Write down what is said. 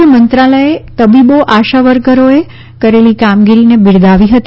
આરોગ્ય મંત્રાલયે તબીબો આશાવર્કરોએ કરેલી કામગીરીને બિરદાવી હતી